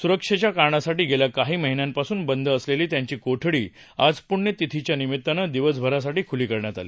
सुरक्षेच्या कारणासाठी गेल्या काही महिन्यांपासून बंद असलेली त्यांची कोठडी आज पुण्यतिथीच्या निमित्तानं दिवसभरासाठी खुली करण्यात आली